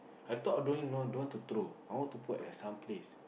I thought of doing no don't want to throw I want to put at some place